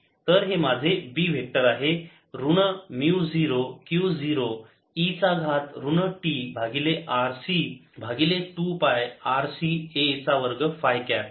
तर हे माझे B वेक्टर आहे ऋण म्यु 0 Q 0 e चा घात ऋण t भागिले RC भागिले 2 पाय RC a चा वर्ग फाय कॅप